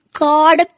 god